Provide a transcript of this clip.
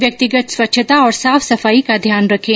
व्यक्तिगत स्वच्छता और साफ सफाई का ध्यान रखें